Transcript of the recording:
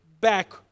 back